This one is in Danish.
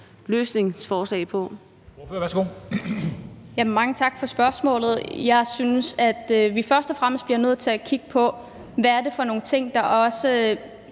Høegh-Dam (SIU) : Mange tak for spørgsmålet. Jeg synes, at vi først og fremmest bliver nødt til at kigge på, hvad det er for nogle ting, som også